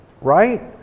Right